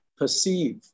perceive